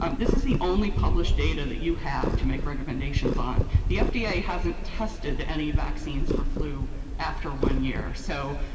um this is the only published data that you have to make recommendations on. the fda hasn't tested any vaccines for flu after one year, so